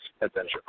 adventure